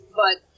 but-